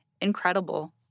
incredible